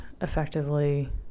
effectively